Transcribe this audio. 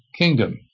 kingdom